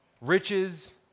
riches